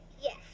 Yes